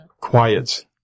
Quiet